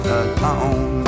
alone